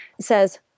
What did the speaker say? says